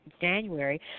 January